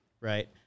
Right